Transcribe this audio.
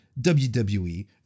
WWE